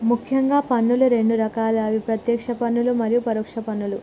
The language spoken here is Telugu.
ముఖ్యంగా పన్నులు రెండు రకాలే అవి ప్రత్యేక్ష పన్నులు మరియు పరోక్ష పన్నులు